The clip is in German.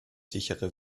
sichere